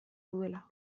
duela